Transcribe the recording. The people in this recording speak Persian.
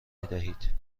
میدهید